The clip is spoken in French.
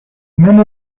même